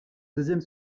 deuxième